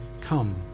come